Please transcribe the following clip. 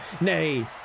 nay